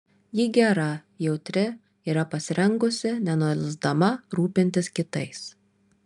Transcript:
ji gera jautri yra pasirengusi nenuilsdama rūpintis kitais